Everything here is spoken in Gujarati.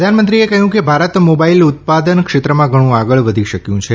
પ્રધાનમંત્રીએ કહ્યું કે ભારત મોબાઇલ ઉત્પાદન ક્ષેત્રમાં ઘણું આગળ વધી શક્યું છે